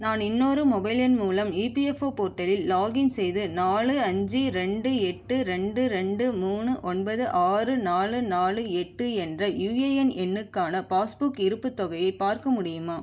நான் இன்னொரு மொபைல் எண் மூலம் இபிஎஃப்ஒ போர்ட்டலில் லாகின் செய்து நான்கு அஞ்சு அஞ்சு ரெண்டு எட்டு ரெண்டு ரெண்டு மூணு ஒன்பது ஆறு நான்கு நான்கு எட்டு என்ற யூஏஎன் எண்ணுக்கான பாஸ்புக் இருப்புத் தொகையை பார்க்க முடியுமா